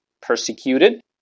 Persecuted